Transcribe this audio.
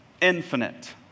infinite